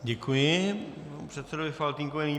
Děkuji předsedovi Faltýnkovi.